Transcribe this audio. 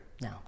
No